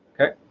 okay